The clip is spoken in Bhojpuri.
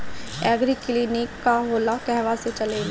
एगरी किलिनीक का होला कहवा से चलेँला?